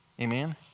Amen